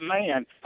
man